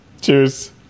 Cheers